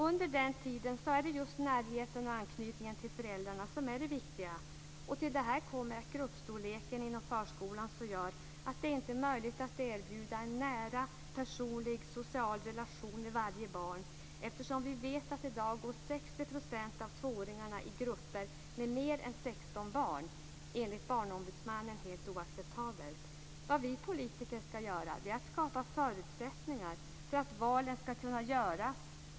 Under den tiden är det just närheten och anknytningen till föräldrarna som är det viktiga. Till detta kommer att gruppstorleken inom förskolan gör att det inte är möjligt att erbjuda en nära personlig social relation med varje barn, eftersom vi vet att 60 % av tvååringarna i dag går i grupper med mer än 16 barn. Det är enligt Barnombudsmannen helt oacceptabelt. Vad vi politiker skall göra är att skapa förutsättningar för att valen skall kunna göras.